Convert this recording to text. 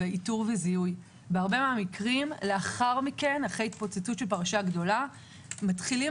בהרבה מהמקרים אחרי התפוצצות של פרשה גדולה ילדים מתחילים